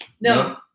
No